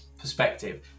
perspective